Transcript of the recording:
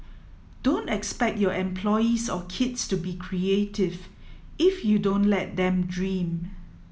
don't expect your employees or kids to be creative if you don't let them dream